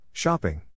Shopping